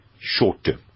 short-term